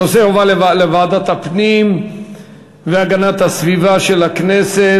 הנושא יועבר לוועדת הפנים והגנת הסביבה של הכנסת.